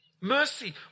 Mercy